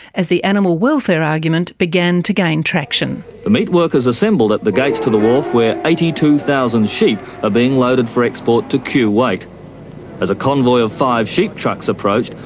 as the animal welfare argument began to gain traction. the meatworkers assembled at the gates to the wharf where eighty two thousand sheep are being loaded for export to kuwait. as a convoy of five sheep trucks approached,